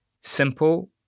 simple